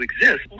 exist